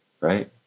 right